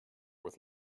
with